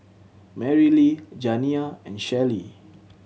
Marilee Janiyah and Shellie